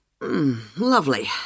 Lovely